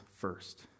first